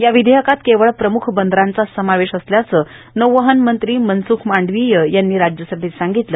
या विधेयकात केवळ प्रम्ख बंदरांचा समावेश असल्याचंनौवहन मंत्री मनसुख मांडवीय यांनी राज्यसभेत सांगितलं